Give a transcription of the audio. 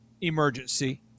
emergency